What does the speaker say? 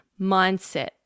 mindset